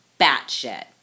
batshit